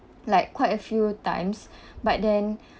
like quite a few times but then